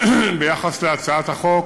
ביחס להצעת החוק